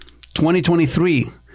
2023